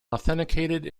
authenticated